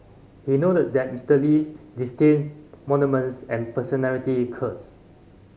he noted that Mister Lee disdained monuments and personality cults